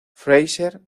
fraser